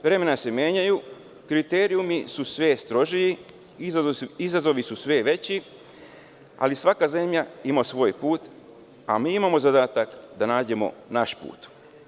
Vremena se menjaju, kriterijumi su sve strožiji, izazovi su sve veći, ali svaka zemlja ima svoj put, a mi imamo zadatak da nađemo naš put.